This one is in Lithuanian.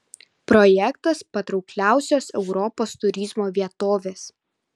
projektas patraukliausios europos turizmo vietovės